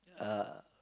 uh